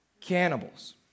cannibals